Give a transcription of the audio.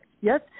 yes